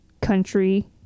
Country